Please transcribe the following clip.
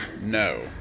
No